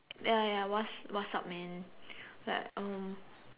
ya ya what's what's up man like um